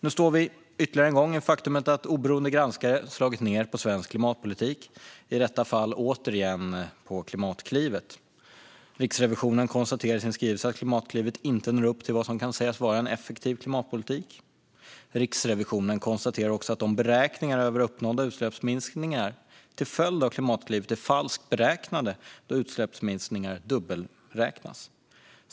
Nu står vi ytterligare en gång inför faktumet att oberoende granskare har slagit ned på svensk klimatpolitik, och det gäller återigen Klimatklivet. Riksrevisionen konstaterar i sin skrivelse att Klimatklivet inte når upp till vad som kan sägas vara en effektiv klimatpolitik. Riksrevisionen konstaterar också att beräkningarna av uppnådda utsläppsminskningar till följd av Klimatklivet är falska då utsläppsminskningar dubbelräknas.